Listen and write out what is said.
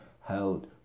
held